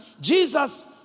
Jesus